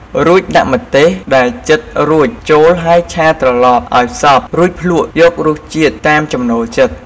រួចដាក់ម្ទេសដែលចិតរួចចូលហើយឆាត្រឡប់ឱ្យសព្វរួចភ្លក្សយករសជាតិតាមចំណូលចិត្ត។